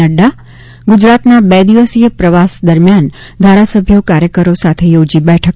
નઙા ગુજરાતના બે દિવસીય પ્રવાસ દરમિયાન ધારાસભ્યો કાર્યકરો સાથે યોજી બેઠકો